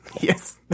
Yes